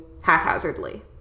haphazardly